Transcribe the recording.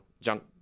junk